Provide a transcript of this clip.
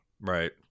right